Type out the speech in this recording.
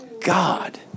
God